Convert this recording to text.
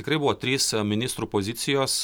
tikrai buvo trys ministrų pozicijos